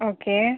okay